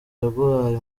yaguhaye